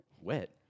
Wet